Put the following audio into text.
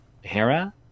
Hera